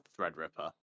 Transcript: Threadripper